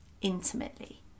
intimately